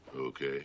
Okay